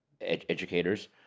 educators